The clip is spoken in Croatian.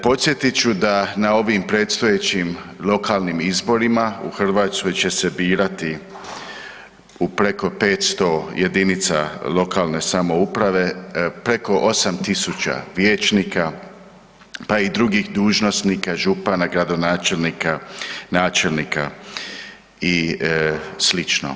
Podsjetit ću da na ovim predstojećim lokalnim izborima u Hrvatskoj će se birati u preko 500 jedinica lokalne samouprave preko 8.000 vijećnika pa i drugih dužnosnika župana, gradonačelnika, načelnika i sl.